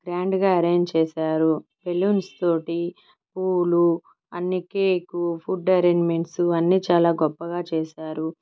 గ్రాండుగా arrange చేశారు balloons తోటి పూలు అన్నీ కేకు ఫుడ్ అరేంజ్మెంట్స్ అన్నీ చాలా గొప్పగా చేశారు